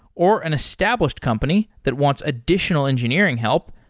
or an established company that wants additional engineering help,